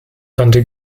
tante